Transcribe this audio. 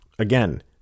Again